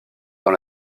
dans